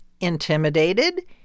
intimidated